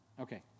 Okay